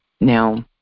now